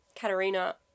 Katarina